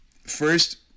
First